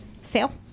fail